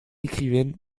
écrivaine